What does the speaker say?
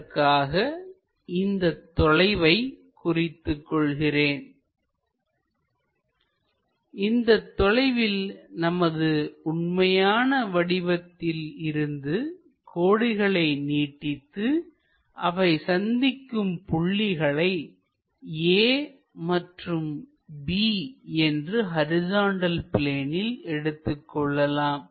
அதற்காக இந்தத் தொலைவை குறித்துக் கொள்கிறேன் இந்த தொலைவில் நமது உண்மையான வடிவத்தில் இருந்து கோடுகளை நீட்டித்து அவை சந்திக்கும் புள்ளிகளை a மற்றும் b என்று ஹரிசாண்டல் பிளேனில் எடுத்துக்கொள்ளலாம்